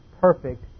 perfect